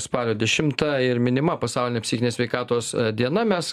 spalio dešimtą ir minima pasaulinė psichinės sveikatos diena mes